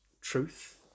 truth